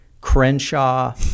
Crenshaw